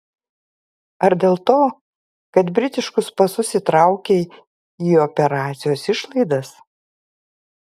ar dėl to kad britiškus pasus įtraukei į operacijos išlaidas